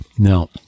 Now